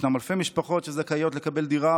ישנן אלפי משפחות שזכאיות לקבל דירה,